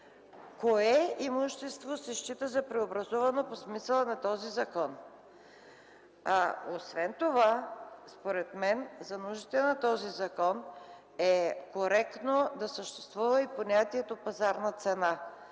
кое имущество се счита за преобразувано по смисъла на този закон. Според мен за нуждите на този закон е коректно да съществува и понятието „пазарна цена”.